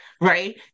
Right